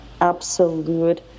absolute